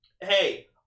Hey